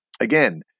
Again